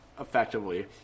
effectively